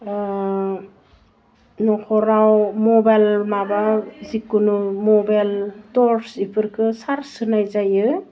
ओह न'खराव मबाइल माबा जिखुनु मबाइल थर्स एफोरखौ चार्च होनाय जायो